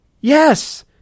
Yes